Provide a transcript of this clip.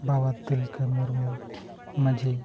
Baba Tilka Murmu Majhi